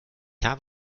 hab